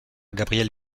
gabriel